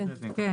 ברישיון.